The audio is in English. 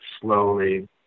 slowly